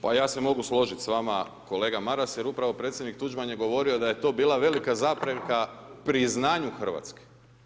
Pa ja se mogu složiti s vama kolega Maras jer upravo predsjednik Tuđman je govorio da je to bila velika zapreka priznanju Hrvatske.